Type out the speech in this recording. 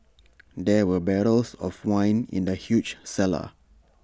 there were barrels of wine in the huge cellar